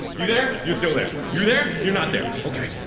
you there? you still there. you there? you're not there! okay!